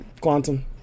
Quantum